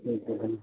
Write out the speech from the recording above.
ठीक छै तऽ